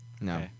No